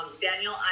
Daniel